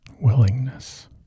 willingness